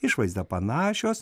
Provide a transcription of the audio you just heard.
išvaizda panašios